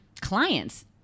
clients